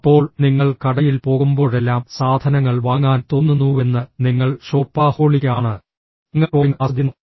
അപ്പോൾ നിങ്ങൾ കടയിൽ പോകുമ്പോഴെല്ലാം സാധനങ്ങൾ വാങ്ങാൻ തോന്നുന്നുവെന്ന് നിങ്ങൾ ഷോപ്പാഹോളിക് ആണ് നിങ്ങൾ ഷോപ്പിംഗ് ആസ്വദിക്കുന്നു